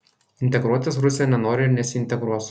integruotis rusija nenori ir nesiintegruos